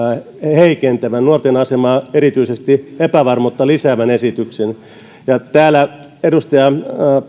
heikentävän erityisesti nuorten epävarmuutta lisäävän esityksen ja täällä edustaja